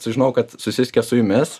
sužinojau kad susisiekė su jumis